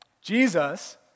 Jesus